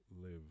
live